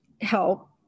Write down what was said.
help